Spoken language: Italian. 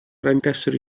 rendessero